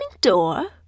door